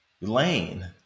Lane